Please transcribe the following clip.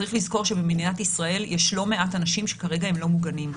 צריך לזכור שבמדינת ישראל יש לא מעט אנשים שכרגע הם לא מוגנים.